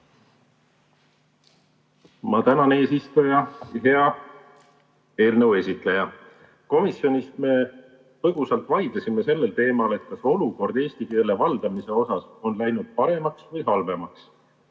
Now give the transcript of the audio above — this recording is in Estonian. Ma tänan, eesistuja! Hea eelnõu esitleja! Komisjonis me põgusalt vaidlesime sellel teemal, kas olukord eesti keele valdamisel on läinud paremaks või halvemaks.